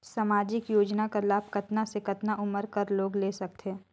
समाजिक योजना कर लाभ कतना से कतना उमर कर लोग ले सकथे?